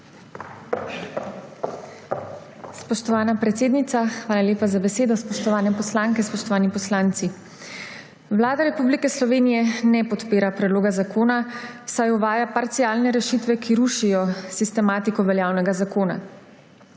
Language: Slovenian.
Spoštovana predsednica, hvala lepa za besedo. Spoštovane poslanke, spoštovani poslanci! Vlada Republike Slovenije ne podpira predloga zakona, saj uvaja parcialne rešitve, ki rušijo sistematiko veljavnega zakona.